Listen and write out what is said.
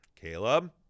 Caleb